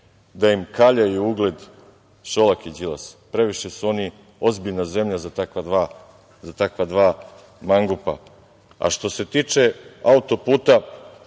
da im kaljaju ugled Šolak i Đilas, previše su oni ozbiljna zemlja za takva dva mangupa. Što se tiče autoputa,